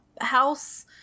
house